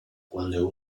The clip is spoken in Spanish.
cuando